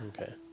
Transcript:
Okay